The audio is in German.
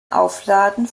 aufladen